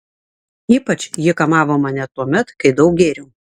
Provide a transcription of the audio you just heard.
ypač ji kamavo mane tuomet kai daug gėriau